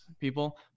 people